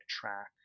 track